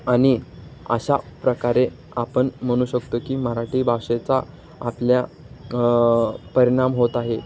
आणि अशा प्रकारे आपण म्हणू शकतो की मराठी भाषेचा आपल्या परिणाम होत आहे